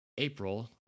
April